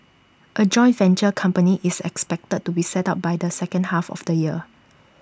A joint venture company is expected to be set up by the second half of the year